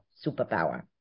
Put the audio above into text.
superpower